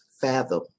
fathom